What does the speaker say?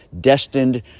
destined